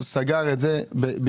ואז החליט לסגור את העסק בינואר.